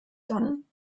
dann